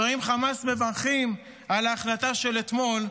אם חמאס מברכים על ההחלטה של אתמול,